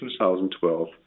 2012